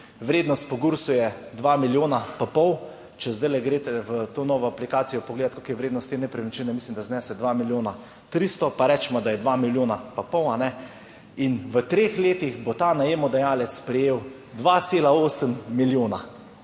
Vrednost po Gursu je dva milijona pa pol. Če zdaj greste v to novo aplikacijo pogledati koliko je vrednost te nepremičnine, mislim, da znese 2 milijona 300, pa recimo, da je dva milijona pa pol. In v treh letih bo ta najemodajalec prejel 2,8 milijona,